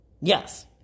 yes